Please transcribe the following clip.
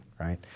right